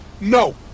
No